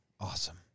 Awesome